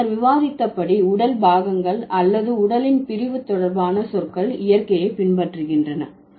நாம் முன்னர் விவாதித்தபடி உடல் பாகங்கள் அல்லது உடலின் பிரிவு தொடர்பான சொற்கள் இயற்கையை பின்பற்றுகின்றன